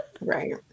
right